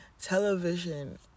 television